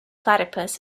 platypus